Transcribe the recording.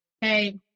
hey